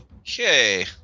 Okay